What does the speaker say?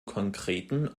konkreten